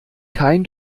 kein